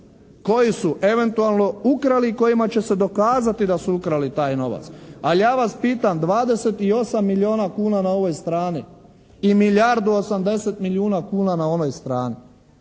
koji su eventualno ukrali i kojima će se dokazati da su ukrali taj novac. Ali ja vas pitam, 28 milijuna kuna na ovoj strani i milijardu 80 milijuna kuna na onoj strani.